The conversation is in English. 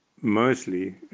mostly